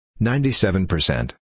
97%